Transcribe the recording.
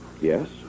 Yes